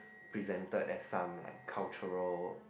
presented as some like cultural